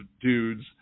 dudes